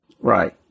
right